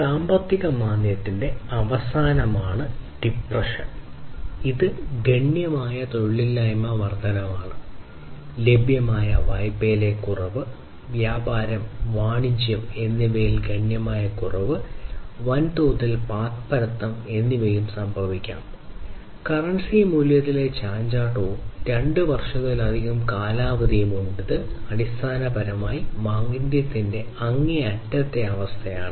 സാമ്പത്തിക മാന്ദ്യത്തിന്റെ അവസാനമാണ് ഡിപ്രെഷൻ ഇത് ഗണ്യമായ തൊഴിലില്ലായ്മ വർദ്ധനവ് ലഭ്യമായ വായ്പയിലെ കുറവ് വ്യാപാരം വാണിജ്യം എന്നിവയിൽ ഗണ്യമായ കുറവ് വൻതോതിൽ പാപ്പരത്തങ്ങൾ എന്നിവയും സംഭവിക്കാം കറൻസി മൂല്യത്തിൽ ചാഞ്ചാട്ടവും രണ്ട് വർഷത്തിലധികം കാലാവധിയും ഉണ്ട് ഇത് അടിസ്ഥാനപരമായി മാന്ദ്യത്തിന്റെ അങ്ങേയറ്റത്തെ അവസ്ഥയാണ്